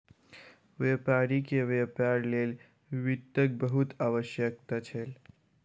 व्यापारी के व्यापार लेल वित्तक बहुत आवश्यकता छल